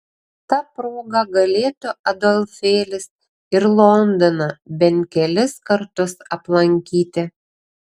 ta proga galėtų adolfėlis ir londoną bent kelis kartus aplankyti